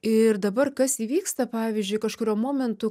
ir dabar kas įvyksta pavyzdžiui kažkuriuo momentu